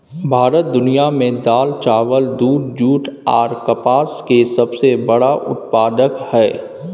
भारत दुनिया में दाल, चावल, दूध, जूट आर कपास के सबसे बड़ा उत्पादक हय